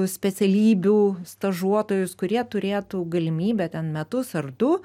specialybių stažuotojus kurie turėtų galimybę ten metus ar du